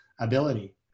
ability